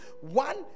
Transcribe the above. one